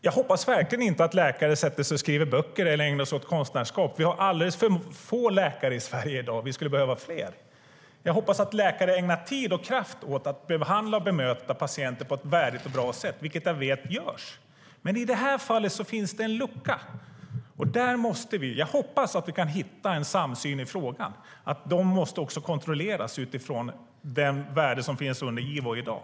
Jag hoppas verkligen inte att läkare sätter sig och skriver böcker eller ägnar sig åt konstnärskap, för vi har alldeles för få läkare i Sverige i dag och skulle behöva fler. Jag hoppas att läkare ägnar tid och kraft åt att behandla och bemöta patienter på ett värdigt och bra sätt, vilket jag vet görs. Men i det här fallet finns det en lucka. Jag hoppas att vi kan hitta en samsyn i frågan om att de också måste kontrolleras utifrån de värden som finns inom Ivo i dag.